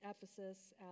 Ephesus